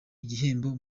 igihembo